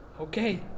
Okay